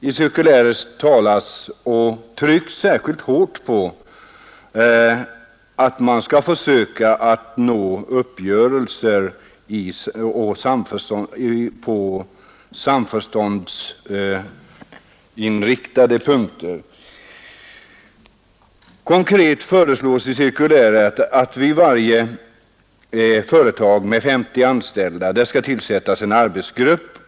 I cirkuläret talas och trycks särskilt hart på att man skall försöka nå uppgörelser på sam förständsinriktade punkter. Konkret föreslås i cirkuläret att det i varje företag med 50 anställda skall tillsättas en arbetsgrupp.